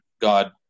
God